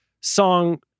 song